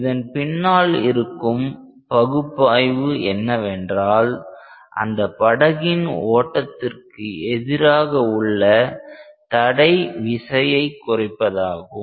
இதன் பின்னால் இருக்கும் பகுப்பாய்வு என்னவென்றால் அந்த படகின் ஓட்டத்திற்கு எதிராக உள்ள தடை விசையை குறைப்பதாகும்